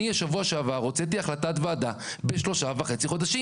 אני שבוע שעבר הוצאתי החלטת ועדה בשלושה וחצי חודשים.